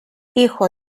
hijo